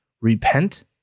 Repent